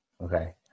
Okay